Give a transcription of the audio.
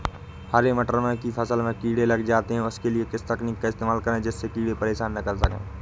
हरे मटर की फसल में कीड़े लग जाते हैं उसके लिए किस तकनीक का इस्तेमाल करें जिससे कीड़े परेशान ना कर सके?